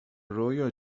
رویا